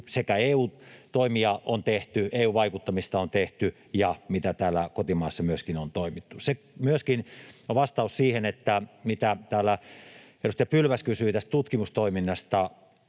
sekä EU-toimia on tehty, EU-vaikuttamista on tehty, ja miten täällä kotimaassa myöskin on toimittu. Vastaus siihen, mitä täällä edustaja Pylväs kysyi tästä tutkimustoiminnasta: